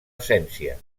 essència